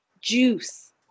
juice